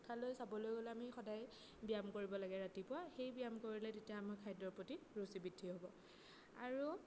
কথালৈ চাবলৈ গ'লে আমি সদায় ব্যায়াম কৰিব লাগে ৰাতিপুৱা সেই ব্যায়াম কৰিলে তেতিয়া আমাৰ খাদ্যৰ প্ৰতি ৰুচি বৃদ্ধি হ'ব আৰু